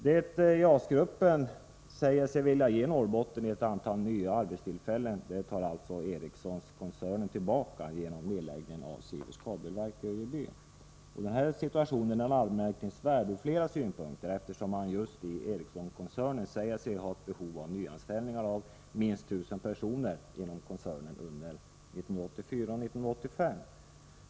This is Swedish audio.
Det JAS-gruppen säger sig vilja ge Norrbotten i antal nya arbetstillfällen tar alltså Ericsson-koncernen tillbaka genom nedläggningen av Sieverts Kabelverk i Öjebyn. Den här situationen är anmärkningsvärd ur flera synpunkter, eftersom man just i Ericsson-koncernen säger sig ha ett behov av nyanställningar på minst 1 000 personer under 1984-1985.